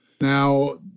now